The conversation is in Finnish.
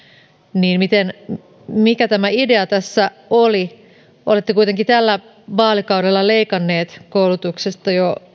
niin mikä tämä idea tässä oli olette kuitenkin tällä vaalikaudella leikanneet koulutuksesta jo